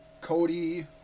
Cody